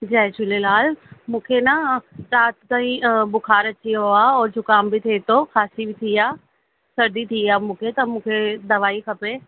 जय झूलेलाल मूंखे न राति सां ई बुखार अची वियो आहे और जुकाम बि थिए थो खांसी बि थी आहे सर्दी थी आहे मूंखे त मूंखे दवाई खपे